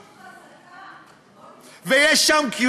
רשות חזקה עם עודף תקציבי.